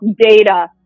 data